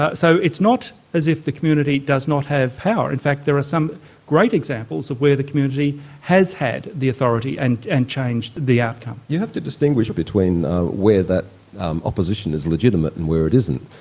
ah so it's not as if the community does not have power, in fact there are some great examples where the community has had the authority and and changed the outcome. you have to distinguish between ah where that opposition is legitimate and where it isn't.